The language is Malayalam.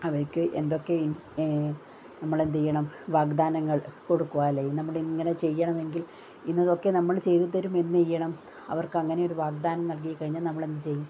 അവർക്ക് എന്തൊക്കെ നമ്മളെന്തെയ്യണം വാഗ്ദാനങ്ങൾ കൊടുക്കുക അല്ലെങ്കിൽ നമ്മളിങ്ങനെ ചെയ്യണമെങ്കിൽ ഇന്നതൊക്കെ നമ്മള് ചെയ്ത് തരും എന്തെയ്യണം അവർക്ക് അങ്ങനെ ഒരു വാഗ്ദാനം നൽകി കഴിഞ്ഞാൽ നമ്മളെന്തു ചെയ്യും